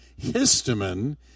Histamine